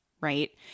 right